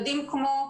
כמו,